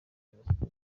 jenoside